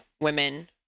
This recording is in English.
women